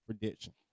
prediction